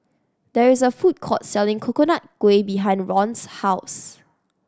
there is a food court selling Coconut Kuih behind Ron's house